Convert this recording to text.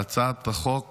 להצעת החוק